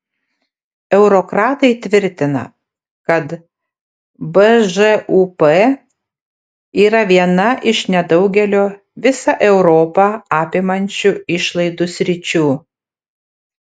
eurokratai tvirtina kad bžūp yra viena iš nedaugelio visą europą apimančių išlaidų sričių